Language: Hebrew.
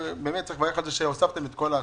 באמת צריך לברך על כך שהוספתם את כל העסקים.